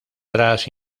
tras